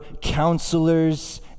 counselors